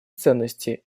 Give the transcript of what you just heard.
ценности